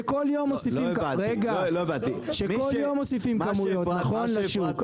שכל יום מוסיפים כמויות לשוק נכון?